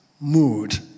mood